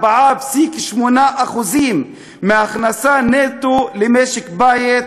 24.8% מההכנסה נטו למשק בית,